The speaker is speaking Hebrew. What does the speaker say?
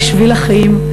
על שביל החיים,